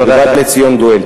ובא לציון גואל.